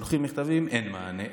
שולחים מכתבים, אין מענה.